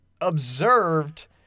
observed